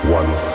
one